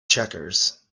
checkers